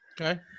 Okay